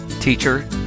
teacher